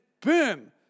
boom